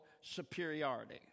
superiority